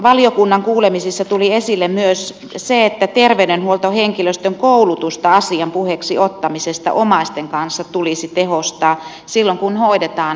valiokunnan kuulemisissa tuli esille myös se että terveydenhuoltohenkilöstön koulutusta asian puheeksi ottamisesta omaisten kanssa tulisi tehostaa silloin kun hoidetaan aivokuollutta potilasta